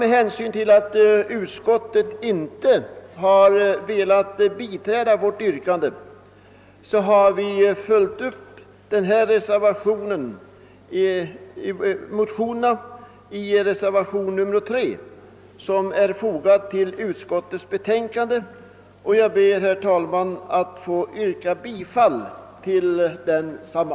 Med hänsyn till att utskottet inte har velat biträda vårt yrkande, har vi följt upp motionerna i reservation 3 som är fogad till utskottets betänkande, och jag ber, herr talman, att få yrka bifall till densamma.